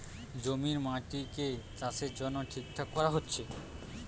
জমির মাটিকে চাষের জন্যে ঠিকঠাক কোরা হচ্ছে